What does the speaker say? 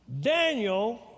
Daniel